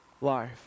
life